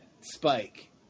spike